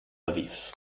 aviv